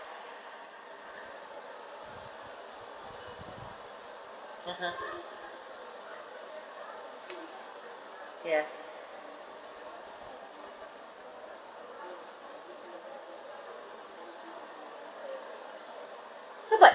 (uh huh) ya no but